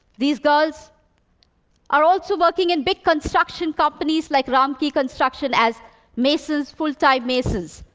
these girls are also working in big construction companies like ram-ki construction, as masons, full-time masons.